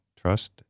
trust